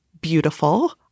beautiful